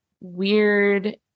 weird